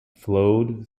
flowed